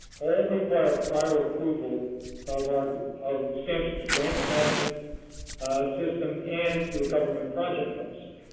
all require prior approval of um of samhsa's grants management system and your government project officer.